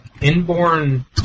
inborn